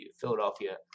Philadelphia